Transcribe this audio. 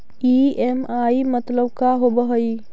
EMI मतलब का होब हइ?